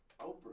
Oprah